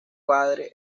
padre